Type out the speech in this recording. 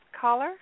caller